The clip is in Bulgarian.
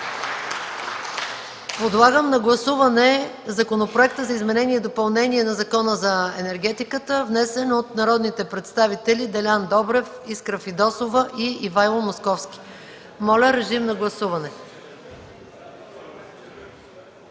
и другият – Законопроект за изменение и допълнение на Закона за енергетиката, внесен от народните представители Делян Добрев, Искра Фидосова и Ивайло Московски, който не се